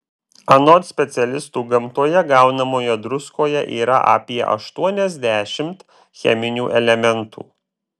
anot specialistų gamtoje gaunamoje druskoje yra apie aštuoniasdešimt cheminių elementų